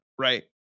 right